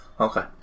Okay